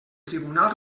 tribunal